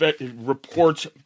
reports